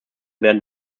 werden